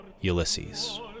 Ulysses